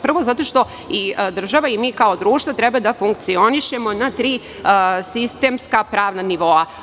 Prvo zato što država i mi kao društvo treba da funkcionišemo na tri sistemska pravna nivoa.